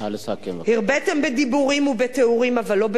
הרביתם בדיבורים ובתיאורים, אבל לא במעשים.